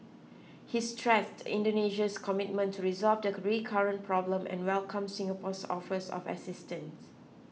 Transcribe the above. he stressed Indonesia's commitment to resolve the recurrent problem and welcome Singapore's offers of assistance